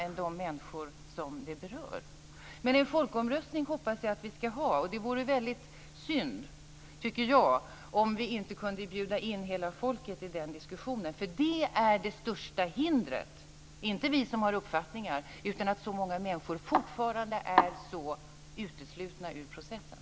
Jag hoppas dock att vi ska ha en folkomröstning, och jag tycker att det vore väldigt synd om vi inte kunde bjuda in hela folket i den här diskussionen. Det största hindret är inte vi som har uppfattningar utan det förhållandet att så många människor fortfarande är uteslutna ur processen.